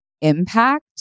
impact